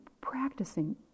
practicing